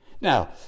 Now